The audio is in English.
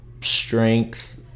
strength